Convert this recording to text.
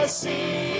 see